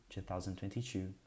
2022